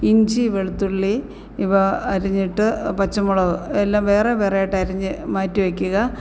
ഇഞ്ചി വെളുത്തുള്ളി ഇവ അരിഞ്ഞിട്ട് പച്ചമുളക് എല്ലാം വേറെ വേറെ ആയിട്ട് അരിഞ്ഞ് മാറ്റി വയ്ക്കുക